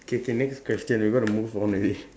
K K next question we got to move on already